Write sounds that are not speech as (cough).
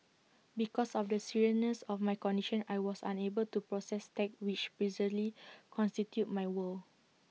because of the seriousness of my condition I was unable to process text which previously (noise) constituted my world